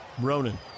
Ronan